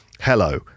hello